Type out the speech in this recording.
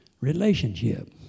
Relationship